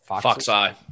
Fox-eye